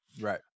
Right